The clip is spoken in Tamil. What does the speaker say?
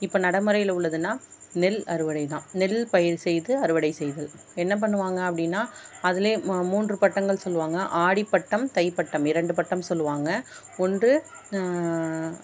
இப்போ நடைமுறையில உள்ளதுன்னா நெல் அறுவடை தான் நெல் பயிர் செய்து அறுவடை செய்தல் என்ன பண்ணுவாங்க அப்படின்னா அதில் மூன்று பட்டங்கள் சொல்வாங்க ஆடிப்பட்டம் தைப்பட்டம் இரண்டு பட்டம் சொல்வாங்க ஒன்று